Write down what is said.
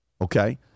okay